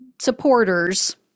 supporters